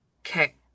Okay